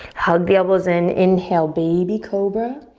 hug the elbows in. inhale, baby cobra.